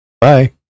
bye